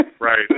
right